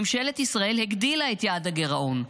ממשלת ישראל הגדילה את יעד הגירעון,